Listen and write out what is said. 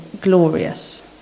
glorious